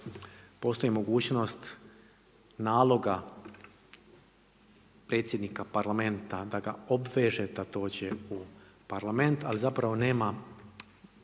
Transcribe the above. postoji mogućnost naloga predsjednika Parlamenta da ga obveže da dođe u Parlament, ali zapravo nema